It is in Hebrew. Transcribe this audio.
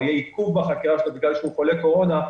או יהיה עיכוב בחקירתו בגלל שהוא חולה קורונה,